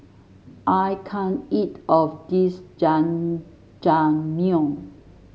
I can't eat of this Jajangmyeon